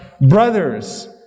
Brothers